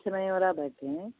कुछ नही हो रहा बैठे हैं